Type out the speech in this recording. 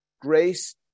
grace